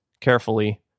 carefully